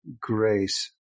grace